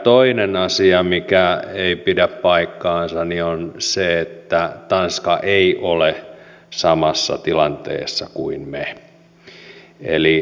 toinen asia mikä ei pidä paikkaansa on se että tanska olisi samassa tilanteessa kuin me